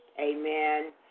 amen